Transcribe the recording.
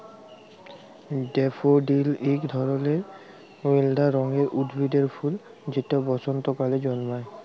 daffodil ইক ধরলের হইলদা রঙের উদ্ভিদের ফুল যেট বসল্তকালে জল্মায়